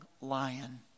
lion